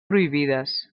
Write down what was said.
prohibides